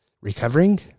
recovering